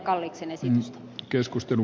kalliksen ehdotusta